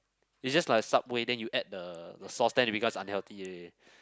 is just like a Subway then you add the the sauce then it becomes unhealthy already